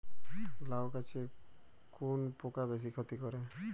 লাউ গাছে কোন পোকা বেশি ক্ষতি করে?